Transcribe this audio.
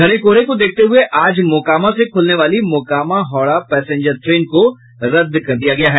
घने कोहरे को देखते हुये आज मोकामा से खुलने वाली मोकामा हावड़ा पैसेंजर ट्रेन को रद्द कर दिया गया है